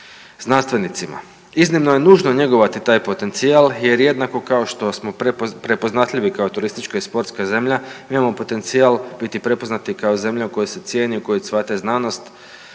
znanstvenicima. Iznimno je nužno njegovati taj potencijal jer jednako kako što smo prepoznatljivi kao turistička i sportska zemlja mi imamo potencijal biti prepoznati i kao zemlja u kojoj se cijeni i u kojoj cvate znanost